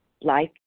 life